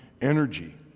energy